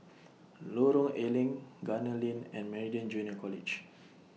Lorong A Leng Gunner Lane and Meridian Junior College